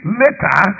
later